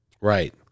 right